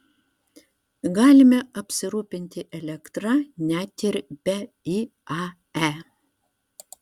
galime apsirūpinti elektra net ir be iae